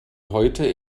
heute